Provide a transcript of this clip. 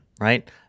Right